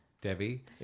Debbie